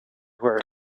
where